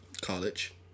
college